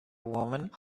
woman